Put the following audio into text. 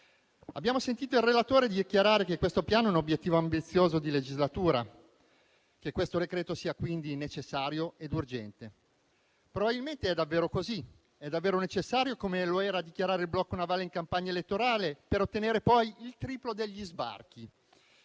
Abbiamo sentito il relatore dichiarare che questo Piano è un obiettivo ambizioso di legislatura e che questo decreto è quindi necessario ed urgente. Probabilmente è così. È davvero necessario, come lo era dichiarare il blocco navale in campagna elettorale per ottenere poi il triplo degli sbarchi.